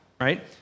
right